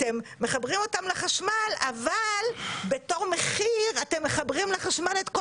אתם מחברים אותם לחשמל אבל בתור מחיר אתם מחברים לחשמל את כל